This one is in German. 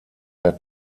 der